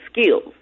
skills